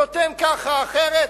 נותן כך או אחרת,